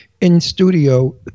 in-studio